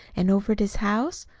and over at his house?